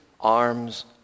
arms